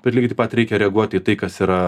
bet lygiai taip pat reikia reaguoti į tai kas yra